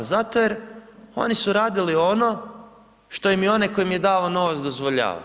Zato jer oni su radili ono što im je onaj koji im je davao novac dozvoljavao.